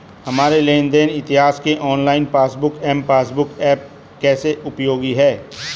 हमारे लेन देन इतिहास के online passbook M passbook app कैसे उपयोगी है?